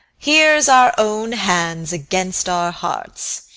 here's our own hands against our hearts.